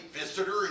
visitor